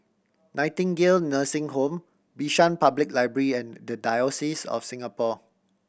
Nightingale Nursing Home Bishan Public Library and The Diocese of Singapore